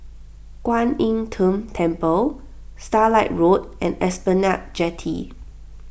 Kwan Im Tng Temple Starlight Road and Esplanade Jetty